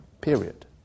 period